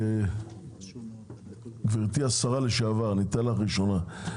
גברתי השרה לשעבר, בבקשה.